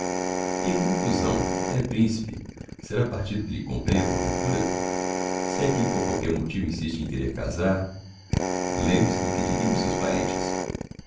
em conclusão é principe será partido que lhe convenha porventura se é que por qualquer motivo insiste em querer casar lembre-se do que diriam os seus parentes